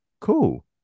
cool